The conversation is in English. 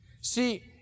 See